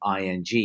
ING